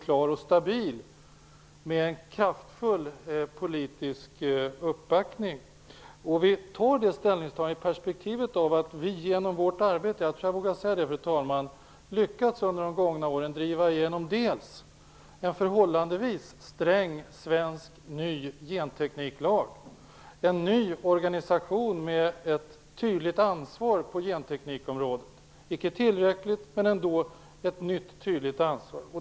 Här finns en kraftfull politisk uppbackning. Vi gör vårt ställningstagande i perspektivet av att vi genom vårt arbete - det tror jag att jag vågar säga - under de gångna åren har lyckats driva igenom en förhållandevis sträng svensk ny gentekniklag, en ny organisation med ett tydligt ansvar på genteknikområdet. Det är icke tillräckligt, men det är ändå ett nytt tydligt ansvar.